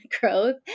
growth